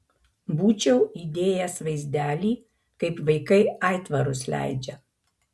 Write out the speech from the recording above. būčiau įdėjęs vaizdelį kaip vaikai aitvarus leidžia